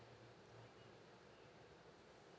uh